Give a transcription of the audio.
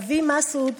אבי מסעוד